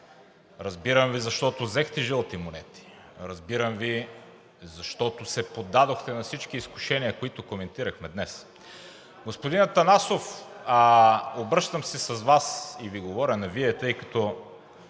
Разбирам Ви, защото взехте жълти монети. Разбирам Ви, защото се поддадохте на всички изкушения, които коментирахме днес. Господин Атанасов, обръщам се към Вас и Ви говоря на Вие,